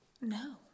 No